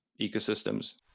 ecosystems